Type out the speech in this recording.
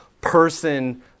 person